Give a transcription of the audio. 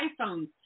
iphone